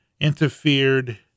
interfered